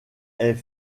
est